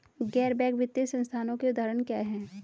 गैर बैंक वित्तीय संस्थानों के उदाहरण क्या हैं?